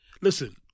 listen